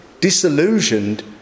disillusioned